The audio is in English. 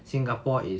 singapore is